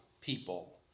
people